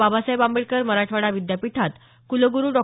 बाबासाहेब आंबेडकर मराठवाडा विद्यापीठात कुलगूरू डॉ